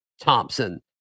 Thompson